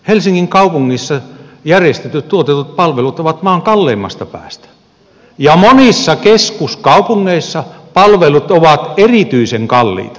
helsingin kaupungissa järjestetyt tuotetut palvelut ovat maan kalleimmasta päästä ja monissa keskuskaupungeissa palvelut ovat erityisen kalliita